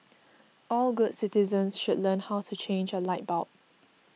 all good citizens should learn how to change a light bulb